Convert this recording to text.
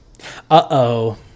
Uh-oh